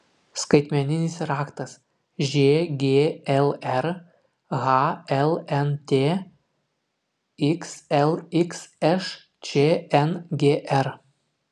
skaitmeninis raktas žglr hlnt xlxš čngr